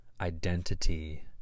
identity